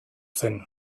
zen